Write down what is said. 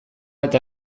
eta